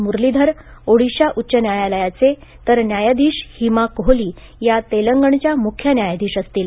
मुरलीधर ओडिशा उच्च न्यायालयाचे तर न्यायाधीश हिमा कोहली या तेलंगणच्या मुख्य न्यायाधीश असतील